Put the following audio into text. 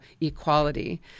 equality